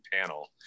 panel